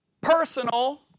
personal